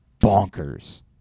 bonkers